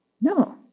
No